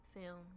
film